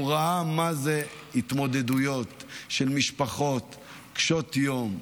הוא ראה מה זה התמודדויות של משפחות קשות יום,